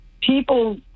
People